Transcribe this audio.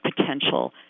potential